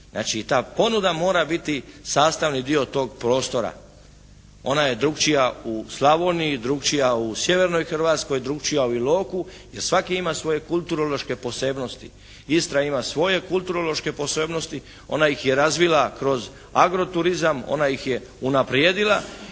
Znači i ta ponuda mora biti sastavni dio tog prostora. Ona je drukčija u Slavoniji, drukčija u sjevernoj Hrvatskoj, drukčija u Iloku jer svaki ima svoje kulturološke posebnosti. Istra ima svoje kulturološke posebnosti. Ona ih je razvila kroz agro turizam. Ona ih je unaprijedila